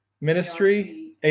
Ministry